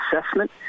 assessment